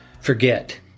forget